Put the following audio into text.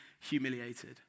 humiliated